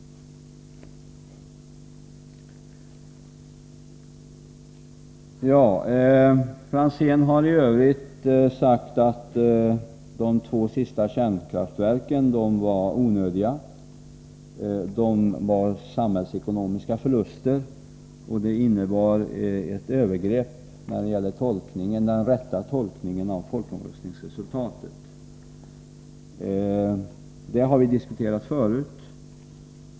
Ivar Franzén har i övrigt sagt att de två sista kärnkraftverken var onödiga. De innebar samhällsekonomiska förluster, och de innebar ett övergrepp när det gäller den rätta tolkningen av folkomröstningsresultatet. Det har vi diskuterat förut.